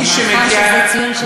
מאחר שזה ציון של יום,